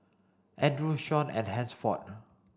Andrew Shon and Hansford